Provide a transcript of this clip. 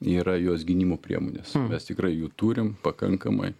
yra jos gynimo priemonės mes tikrai jų turim pakankamai